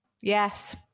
Yes